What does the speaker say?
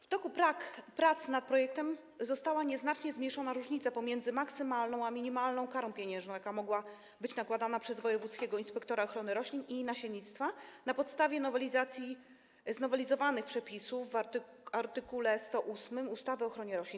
W toku prac nad projektem została nieznacznie zmniejszona różnica pomiędzy maksymalną a minimalną karą pieniężną, jaka mogła być nakładana przez wojewódzkiego inspektora ochrony roślin i nasiennictwa na podstawie znowelizowanych przepisów art. 108 ustawy o ochronie roślin.